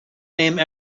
name